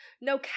No